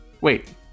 Wait